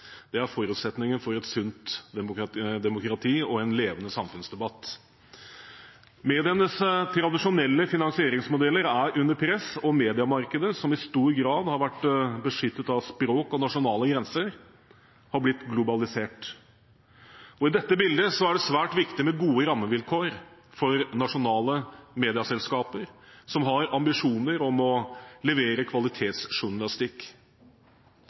presse er forutsetningen for et sunt demokrati og en levende samfunnsdebatt. Medienes tradisjonelle finansieringsmodeller er under press, og mediemarkedet, som i stor grad har vært beskyttet av språk og nasjonale grenser, har blitt globalisert. I dette bildet er det svært viktig med gode rammevilkår for nasjonale medieselskaper som har ambisjoner om å levere kvalitetsjournalistikk.